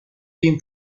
been